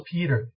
Peter